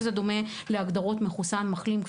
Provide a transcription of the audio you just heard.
שזה דומה להגדרות מחוסן מחלים,